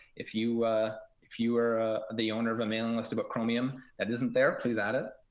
if you if you are the owner of a mailing list about chromium that isn't there, please add it.